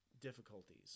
difficulties